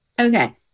Okay